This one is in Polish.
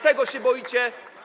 Tego się boicie.